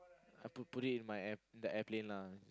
I put put it in my the airplane lah